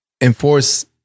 enforce